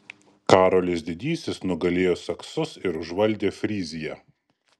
karolis didysis nugalėjo saksus ir užvaldė fryziją